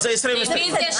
מה זה מספר ההסתייגות?